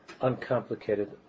uncomplicated